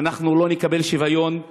אנחנו לא נקבל שוויון.